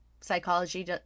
Psychology